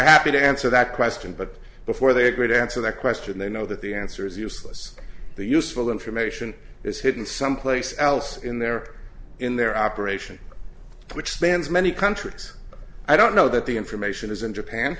happy to answer that question but before they agree to answer that question they know that the answer is useless the useful information is hidden someplace else in there in their operation which spans many countries i don't know that the information is in japan